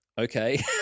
Okay